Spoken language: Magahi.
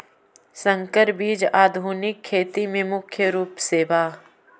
संकर बीज आधुनिक खेती में मुख्य रूप से बा